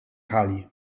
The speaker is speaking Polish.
hali